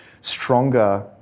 stronger